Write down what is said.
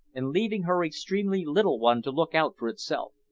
and leaving her extremely little one to look out for itself.